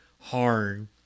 hard